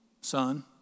son